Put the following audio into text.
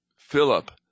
Philip